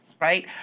right